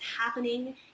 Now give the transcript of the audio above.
happening